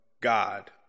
God